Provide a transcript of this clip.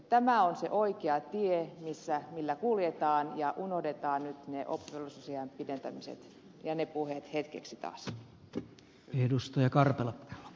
tämä on se oikea tie millä kuljetaan ja unohdetaan nyt ne oppivelvollisuusiän pidentämiset ja ne puheet hetkeksi taas